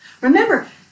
remember